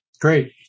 Great